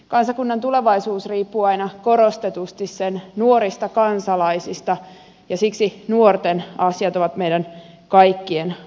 kansakunnan tulevaisuus riippuu aina korostetusti sen nuorista kansalaisista ja siksi nuorten asiat ovat meidän kaikkien asioita